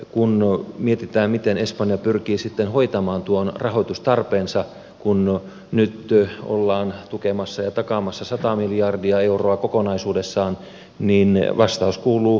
kun mietitään miten espanja pyrkii sitten hoitamaan tuon rahoitustarpeensa kun no nyt työ ollaan tukemassa ja takaamassa sataa miljardia euroa kokonaisuudessaan niin vastaus kuuluu